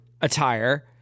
attire